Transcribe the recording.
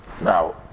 Now